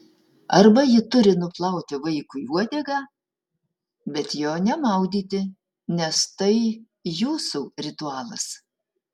arba ji turi nuplauti vaikui uodegą bet jo nemaudyti nes tai jūsų ritualas